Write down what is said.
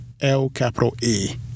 L-capital-E